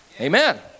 Amen